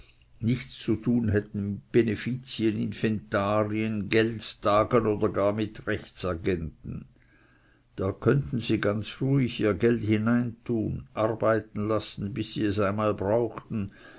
nichts zu tun hätten mit benefizien inventarien geltstagen oder gar mit rechtsagenten da könnten sie ganz ruhig ihr geld hin tun arbeiten lassen bis sie es einmal brauchten